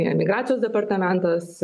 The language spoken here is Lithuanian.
emigracijos departamentas